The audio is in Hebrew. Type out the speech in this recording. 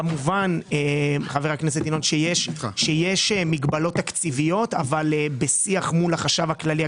כמובן שיש מגבלות תקציביות אבל בשיח מול החשב הכללי,